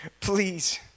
please